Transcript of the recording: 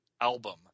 album